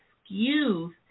excuse